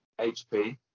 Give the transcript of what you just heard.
hp